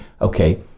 okay